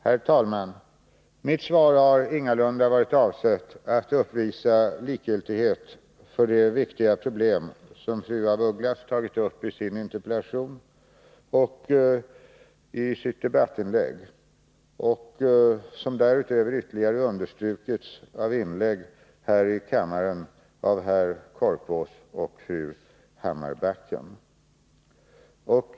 Herr talman! Mitt svar har ingalunda varit avsett att uppvisa likgiltighet för de viktiga problem som fru af Ugglas tagit upp i sin interpellation och i sitt debattinlägg och som därutöver ytterligare understrukits av inlägg här i kammaren av herr Korpås och fru Hammarbacken.